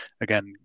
again